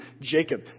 Jacob